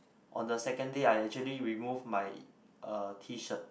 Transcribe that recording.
on the second day I actually remove my uh T-shirt